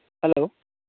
hello